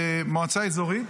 במועצה אזורית,